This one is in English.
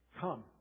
Come